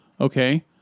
okay